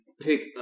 pick